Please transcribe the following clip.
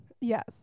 Yes